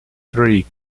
three